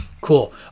Cool